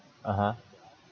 (uh huh)